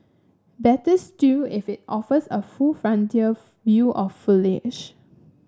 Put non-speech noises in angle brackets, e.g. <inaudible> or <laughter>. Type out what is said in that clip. better still if it offers a full frontal <unintelligible> view of foliage